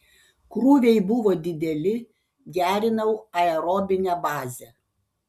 krūviai buvo dideli gerinau aerobinę bazę